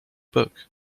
book